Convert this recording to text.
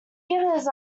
givers